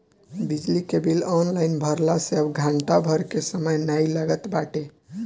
बिजली के bill online भरला से अब घंटा भर के समय नाइ लागत बाटे